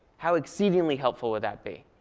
how exceedingly helpful would that be?